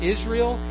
Israel